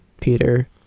Peter